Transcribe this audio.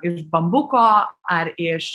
iš bambuko ar iš